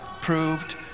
proved